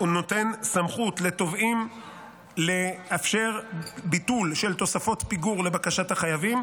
נותן סמכות לתובעים לאפשר ביטול של תוספות פיגור לבקשת החייבים,